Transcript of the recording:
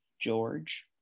George